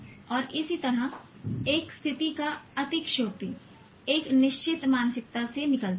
और इसी तरह एक स्थिति का अतिशयोक्ति एक निश्चित मानसिकता से निकलती है